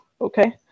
okay